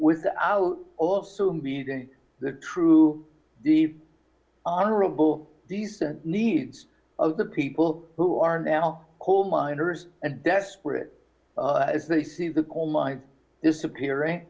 without also meeting the true the honorable decent needs of the people who are now coal miners and desperate as they see the coal mines disappearing